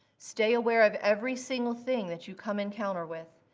stay aware of every single thing that you come in counter with.